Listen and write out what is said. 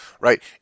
Right